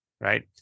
right